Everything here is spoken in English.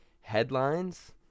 headlines